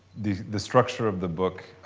the the structure of the book,